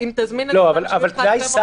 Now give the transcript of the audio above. אם תזמין את כולם לא תעמוד בזה.